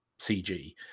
CG